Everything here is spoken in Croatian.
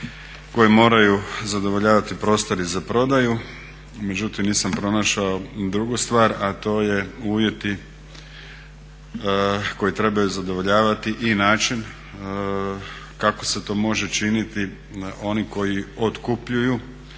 koje moraju zadovoljavati prostori za prodaju. Međutim, nisam pronašao drugu stvar, a to je uvjeti koji trebaju zadovoljavati i način kako se to može činiti, oni koji otkupljuju